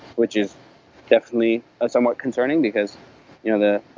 which is definitely ah somewhat concerning, because you know the